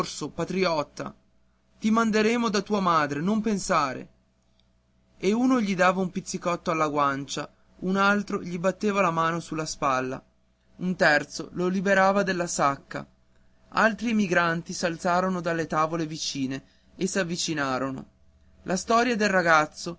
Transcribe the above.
patriotta ti manderemo da tua madre non pensare e uno gli dava un pizzicotto alla guancia un altro gli batteva la mano sulla spalla un terzo lo liberava dalla sacca altri emigranti s'alzarono dalle tavole vicine e s'avvicinarono la storia del ragazzo